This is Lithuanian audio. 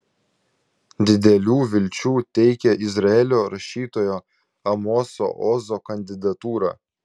didelių vilčių teikia izraelio rašytojo amoso ozo kandidatūra